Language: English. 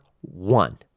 one